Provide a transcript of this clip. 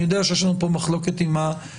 אני יודע שיש לנו פה מחלוקת עם הממשלה.